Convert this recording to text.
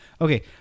Okay